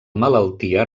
malaltia